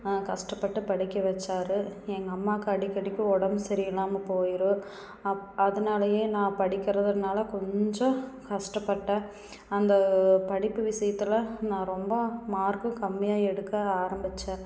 கஷ்டப்பட்டு படிக்க வச்சார் எங்கள் அம்மாவுக்கு அடிக்கடிக்கு உடம்பு சரியில்லாமல் போயிடும் அப் அதனாலயே நான் படிக்கறதுனால் கொஞ்சம் கஷ்டப்பட்டேன் அந்த படிப்பு விஷயத்துல நான் ரொம்ப மார்க்கு கம்மியாக எடுக்க ஆரம்பித்தேன்